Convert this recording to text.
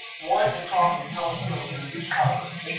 one is called a telescoping cover.